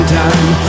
time